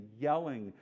yelling